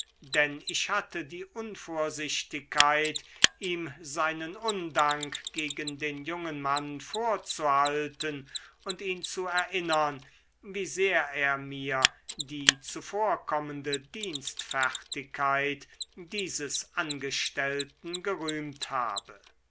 denn ich hatte die unvorsichtigkeit ihm seinen undank gegen den jungen mann vorzuhalten und ihn zu erinnern wie sehr er mir die zuvorkommende dienstfertigkeit dieses angestellten gerühmt habe